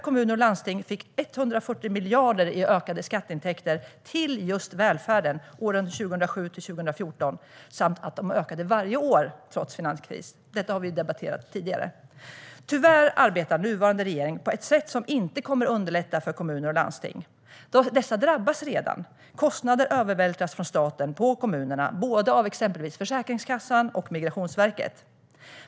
Kommuner och landsting fick 140 miljarder i ökade skatteintäkter till just välfärden åren 2007-2014 - intäkter som ökade varje år, trots finanskris. Detta har vi debatterat tidigare. Tyvärr arbetar nuvarande regering på ett sätt som inte kommer att underlätta för kommuner och landsting. Dessa drabbas redan. Kostnader övervältras från staten på kommunerna av exempelvis Försäkringskassan och Migrationsverket.